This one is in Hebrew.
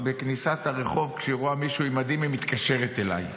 בכניסת הרחוב כשהיא רואה מישהו עם מדים היא מתקשרת אליי,